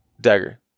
Dagger